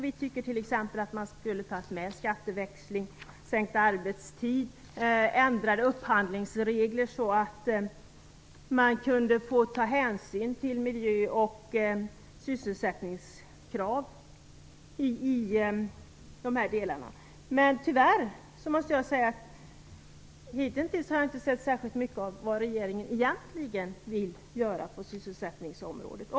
Vi tycker att man borde ha tagit med skatteväxling, sänkt arbetstid och ändrade upphandlingsregler så att hänsyn kan tas till miljöoch sysselsättningskrav. Tyvärr har jag hitintills inte sett särskilt mycket av vad regeringen egentligen vill göra på sysselsättningsområdet.